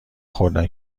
خوردن